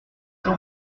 ses